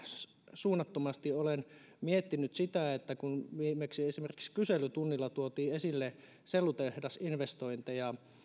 suunnattomasti olen miettinyt sitä kun viimeksi esimerkiksi kyselytunnilla tuotiin esille sellutehdasinvestointeja